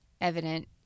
evident